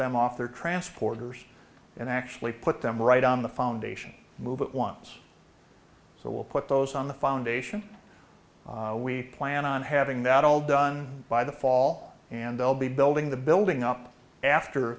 their transporters and actually put them right on the foundation move at once so we'll put those on the foundation we plan on having that all done by the fall and they'll be building the building up after